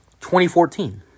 2014